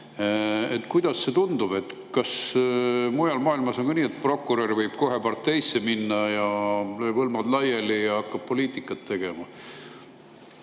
Kuidas see tundub? Kas mujal maailmas on ka nii, et prokurör võib kohe parteisse minna, lüüa hõlmad laiali ja hakata poliitikat tegema?